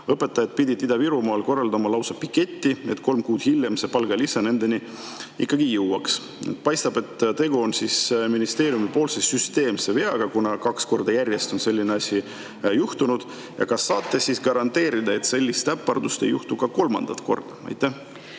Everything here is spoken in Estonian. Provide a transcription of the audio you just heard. Õpetajad pidid Ida-Virumaal korraldama lausa piketi, et kolm kuud hiljem see palgalisa nendeni ikkagi jõuaks. Paistab, et tegu on ministeeriumi süsteemse veaga, kuna kaks korda järjest on selline asi juhtunud. Kas te saate garanteerida, et sellist äpardust ei juhtu ka kolmandat korda? Aitäh!